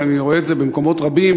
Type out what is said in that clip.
ואני רואה את זה במקומות רבים,